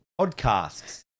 podcasts